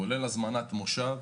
כולל הזמנת מושב,